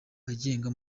abagenga